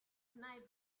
deny